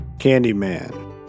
Candyman